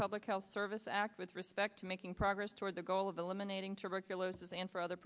public health service act with respect to making progress toward the goal of eliminating to regulus and for other